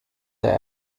their